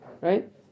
right